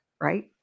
Right